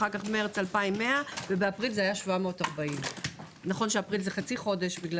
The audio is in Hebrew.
במרס 2,100 ובאפריל 740. נכון שאפריל זה חצי חודש.